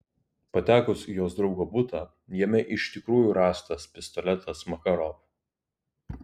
patekus į jos draugo butą jame iš tikrųjų rastas pistoletas makarov